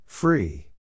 Free